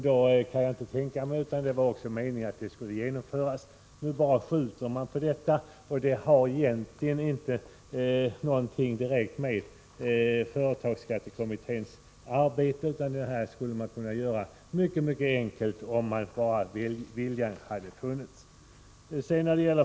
Då kan jag inte tänka mig annat än att det också var meningen att beslutet skulle genomföras. Nu skjuter man på detta. Det har egentligen inte någonting direkt med företagsskattekommitténs arbete att göra, utan detta skulle man ha kunnat genomföra mycket ; enkelt om bara viljan hade funnits.